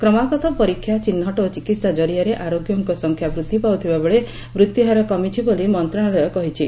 କ୍ରମାଗତ ପରୀକ୍ଷା ଚିହ୍ନଟ ଓ ଚିକିତ୍ସା ଜରିଆରେ ଆରୋଗ୍ୟଙ୍କ ସଂଖ୍ୟା ବୃଦ୍ଧି ପାଉଥିବାବେଳେ ମୃତ୍ୟୁହାର କମିଛି ବୋଲି ମନ୍ତ୍ରଣାଳୟ କହିଛି